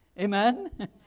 Amen